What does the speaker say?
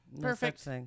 Perfect